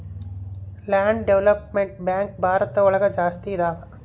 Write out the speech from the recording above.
land development bank Bharat ಒಳಗ ಜಾಸ್ತಿ ಇದಾವ